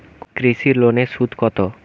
কৃষি লোনের সুদ কত?